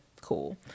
Cool